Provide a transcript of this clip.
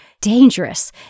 dangerous